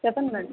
చెప్పండి మేడం